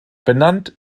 benannt